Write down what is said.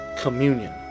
communion